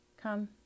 Come